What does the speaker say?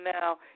now